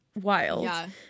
wild